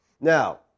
Now